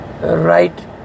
right